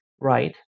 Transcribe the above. right